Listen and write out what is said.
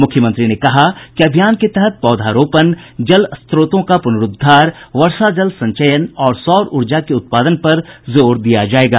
मुख्यमंत्री ने कहा कि अभियान के तहत पौधारोपण जल स्रोतों का पुनरूद्वार वर्षा जल संचयन और सौर ऊर्जा के उत्पादन पर जोर दिया जायेगा